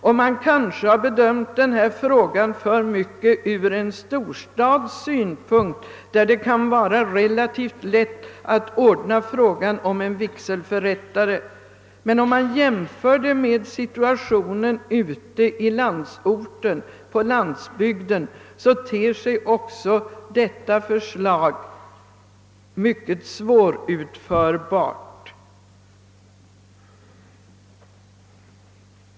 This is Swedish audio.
Man kanske alltför mycket har bedömt denna fråga från en storstads synpunkt; där kan det vara relativt lätt att lösa frågan om en vigselförrättare. Om man tar hänsyn till situationen på landsbygden ter sig emellertid detta förslag mycket svårutförbart.